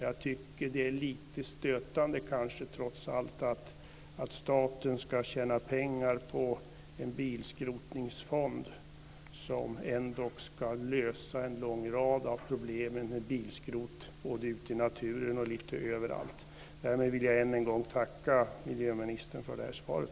Jag tycker trots allt att det är lite stötande att staten ska tjäna pengar på en bilskrotningsfond som ändå ska lösa en lång rad problem med bilskrot både ute i naturen och lite överallt. Därmed vill jag än en gång tacka miljöministern för det här svaret.